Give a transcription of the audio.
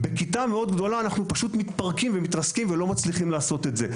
בכיתה גדולה מאוד אנחנו פשוט מתפרקים ומתרסקים ולא מצליחים לעשות את זה.